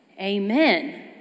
Amen